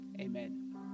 amen